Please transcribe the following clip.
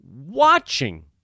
watching